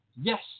yes